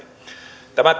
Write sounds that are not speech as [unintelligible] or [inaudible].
tämä [unintelligible]